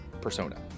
persona